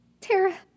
Tara